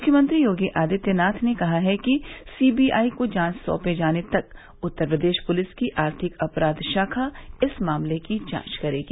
मुख्यमंत्री योगी आदित्यनाथ ने कहा कि सी बी आई को जांच सौंपे जाने तक उत्तर प्रदेश पुलिस की आर्थिक अपराध शाखा इस मामले की जांच करेगी